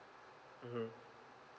mmhmm